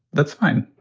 that's fine.